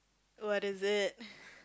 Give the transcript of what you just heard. what is it